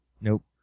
nope